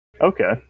Okay